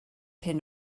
hyn